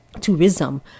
tourism